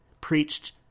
preached